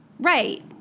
Right